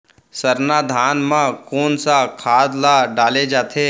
सरना धान म कोन सा खाद ला डाले जाथे?